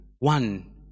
One